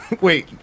Wait